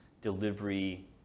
delivery